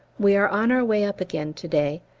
we are on our way up again to-day,